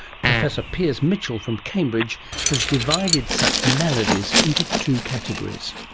professor piers mitchell from cambridge has divided such maladies into two categories.